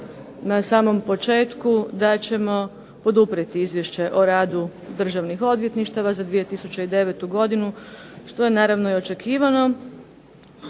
na samom početku da ćemo poduprijeti Izvješće o radu državnih odvjetništava za 2009. godinu što je naravno i očekivano